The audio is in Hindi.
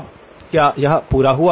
अब क्या यह पूरा हुआ